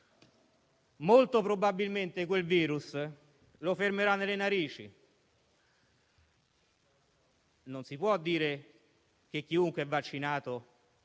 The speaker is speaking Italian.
molto probabilmente quel virus lo fermerà nelle narici. Non si può dire che chiunque è vaccinato